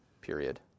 Period